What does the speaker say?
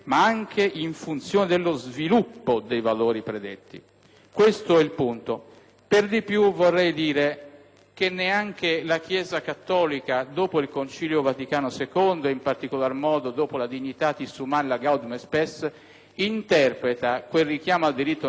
Negri)*. Per di più, vorrei dire che neanche la Chiesa cattolica, dopo il Concilio Vaticano II e in particolar modo dopo la «*Dignitatis Humanae*» e la «*Gaudium et Spes*», interpreta quel richiamo al diritto naturale nel senso ingenuo fornito dal senatore Pera,